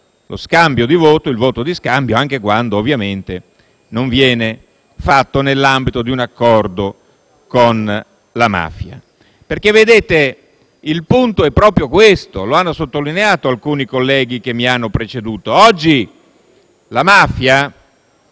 punisce comunque il voto di scambio, anche quando non viene fatto nell'ambito di un accordo con la mafia. Vedete, il punto è proprio questo, come hanno sottolineato alcuni colleghi che mi hanno preceduto: oggi la mafia